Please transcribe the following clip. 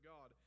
God